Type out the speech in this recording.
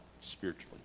spiritually